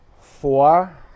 Four